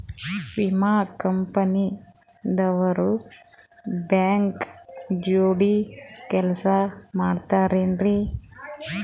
ವಿಮಾ ಕಂಪನಿ ದವ್ರು ಬ್ಯಾಂಕ ಜೋಡಿ ಕೆಲ್ಸ ಮಾಡತಾರೆನ್ರಿ?